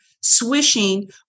swishing